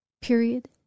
Period